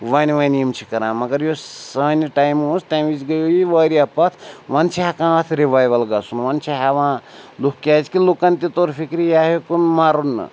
وۄنۍ وۄنۍ یِم چھِ کَران مگر یُس سانہِ ٹایمہٕ اوس تَمہِ وِزِ گٔیوو یہِ واریاہ پَتھ وۄنۍ چھِ ہٮ۪کان اَتھ رِوایوَل گژھُن وَۄنۍ چھِ ہٮ۪وان لُکھ کیٛازِکہِ لُکَن تہِ توٚر فِکرِ یہِ ہیٚوکُن مَرُن